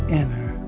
inner